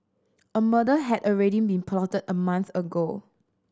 a murder had already been plotted a month ago